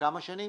כמה שנים?